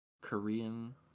Korean